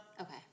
Okay